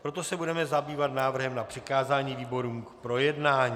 Proto se budeme zabývat návrhem na přikázání výborům k projednání.